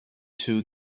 too